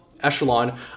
echelon